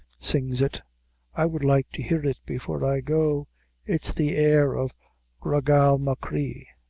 sings it i would like to hear it before i go it's the air of gra gal machree.